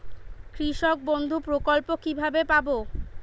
কৃষকবন্ধু প্রকল্প কিভাবে পাব?